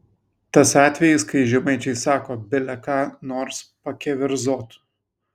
tas atvejis kai žemaičiai sako bile ką nors pakeverzot